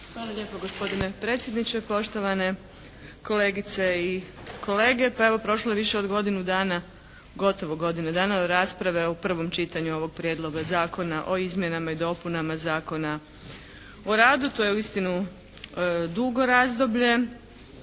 Hvala lijepo gospodine predsjedniče, poštovane kolegice i kolege. Pa evo, prošlo je više od godinu dana, gotovo godinu dana od rasprave u prvom čitanju ovog Prijedloga zakona o izmjenama i dopunama Zakona o radu. To je uistinu dugo razdoblje,